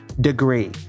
degree